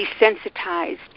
desensitized